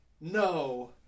No